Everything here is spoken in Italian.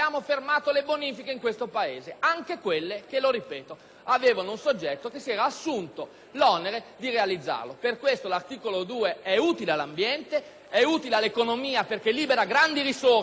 Per questo motivo, l'articolo 2 è utile all'ambiente; è utile all'economia perché libera grandi risorse nei confronti di settori che investiranno, faranno ricerca e recupereranno aree;